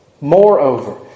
Moreover